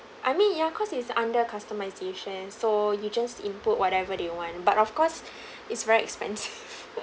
I mean ya cause it's under customisation so you just input whatever they want but of course it's very expensive